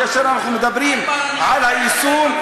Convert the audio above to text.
כאשר אנחנו מדברים על היישום,